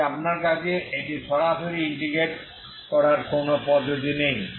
তাই আপনার কাছে এটিকে সরাসরি ইন্টিগ্রেট করার কোন পদ্ধতি নেই